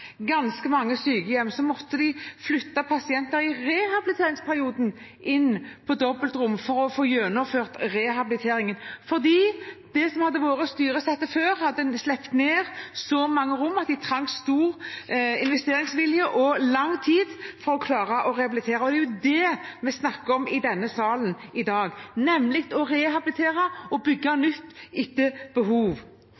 ganske mange sykehjem. De måtte flytte pasienter til dobbeltrom i rehabiliteringsperioden for å få gjennomført rehabiliteringen. Under det styresettet som hadde vært før, hadde en slitt ned så mange rom at en trengte stor investeringsvilje og lang tid for å klare å rehabilitere. Det er det vi snakker om i denne salen i dag, nemlig å rehabilitere og å bygge